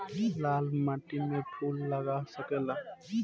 लाल माटी में फूल लाग सकेला?